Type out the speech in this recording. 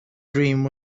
dream